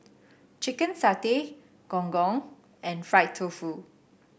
Chicken Satay Gong Gong and Fried Tofu